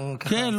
סיים את --- כן.